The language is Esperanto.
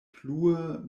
plue